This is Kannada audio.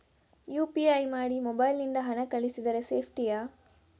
ಯು.ಪಿ.ಐ ಮಾಡಿ ಮೊಬೈಲ್ ನಿಂದ ಹಣ ಕಳಿಸಿದರೆ ಸೇಪ್ಟಿಯಾ?